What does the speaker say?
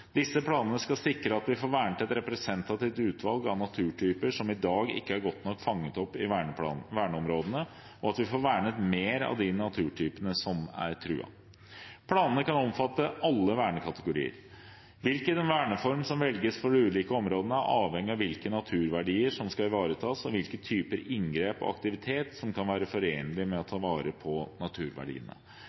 Disse planene skal sikre at vi får vernet et representativt utvalg av naturtyper som i dag ikke er godt nok fanget opp i verneområdene, og at vi får vernet mer av de naturtypene som er truet. Planene kan omfatte alle vernekategorier. Hvilken verneform som velges for de ulike områdene, er avhengig av hvilke naturverdier som skal ivaretas, og hvilke typer inngrep og aktivitet som kan være forenlig med å ta vare på naturverdiene.